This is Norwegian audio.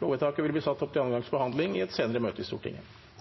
Lovvedtaket vil bli ført opp til andre gangs behandling i et senere møte i Stortinget.